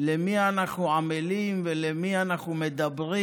למי אנחנו עמלים ולמי אנחנו מדברים?